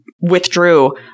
Withdrew